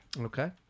Okay